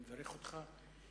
אני מברך אותך.